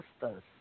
sisters